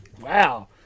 wow